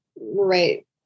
right